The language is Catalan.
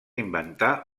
inventar